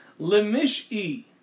Lemish'i